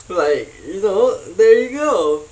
so like you know there you go